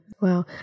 Wow